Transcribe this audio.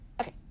okay